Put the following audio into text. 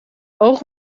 oog